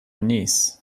knees